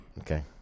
Okay